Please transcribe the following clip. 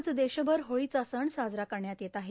आज देशभर होळीचा सण साजरा करण्यात येत आहे